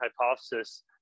hypothesis